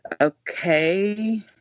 okay